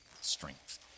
strength